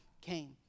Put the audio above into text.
came